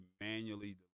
manually